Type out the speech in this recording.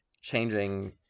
changing